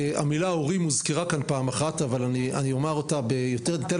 המילה "הורים" הוזכרה כאן פעם אחת אבל אני אתן לה יותר מקום,